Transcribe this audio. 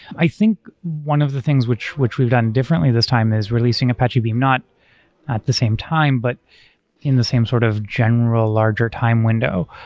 i think one of the things which which we've done differently this time is releasing apache beam not at the same time, but in the same sort of general, larger time window,